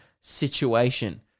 Situation